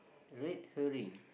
red herring